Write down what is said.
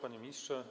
Panie Ministrze!